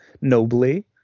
nobly